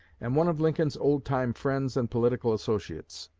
and one of lincoln's old-time friends and political associates.